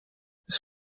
this